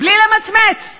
בלי למצמץ.